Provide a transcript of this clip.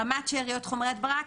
רמת שאריות חומרי הדברה,